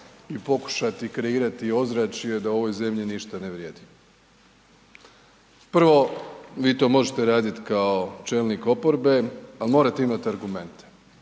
i pokušati kreirati ozračje da u ovoj zemlji ništa ne vrijedi. Prvo vi to možete raditi kao čelnik oporbe ali morate imati argumente.